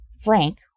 Frank